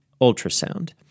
ultrasound